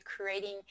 creating